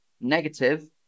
negative